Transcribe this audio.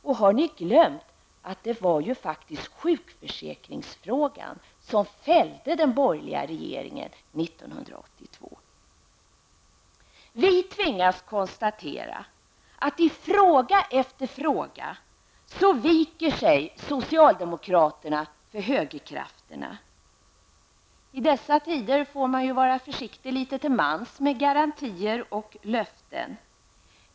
Och har ni glömt att det faktiskt var sjukförsäkringsfrågan som fällde den borgerliga regerigen 1982? Vi tvingas konstatera att i fråga efter fråga viker sig socialdemokraterna för högerkrafterna. I dessa tider får vi ju vara försiktiga litet till mans med garantier och löften.